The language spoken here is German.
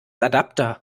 adapter